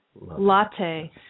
Latte